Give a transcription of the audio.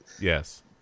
Yes